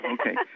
Okay